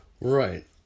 right